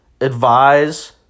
advise